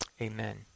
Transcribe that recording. Amen